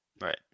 Right